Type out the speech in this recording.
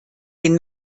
den